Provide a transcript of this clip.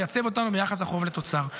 ייצב אותנו ביחס החוב לתוצר.